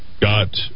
got